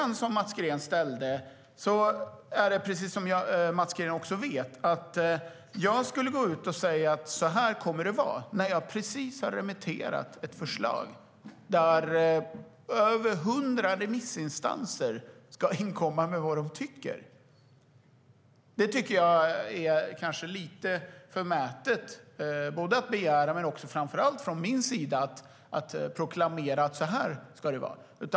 Precis som Mats Green vet är det inte rimligt att jag skulle säga hur det ska vara när jag precis har remitterat ett förslag som över 100 remissinstanser ska inkomma med synpunkter på. Det är lite förmätet att begära det, och det vore också förmätet från min sida att proklamera hur det ska vara.